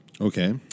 okay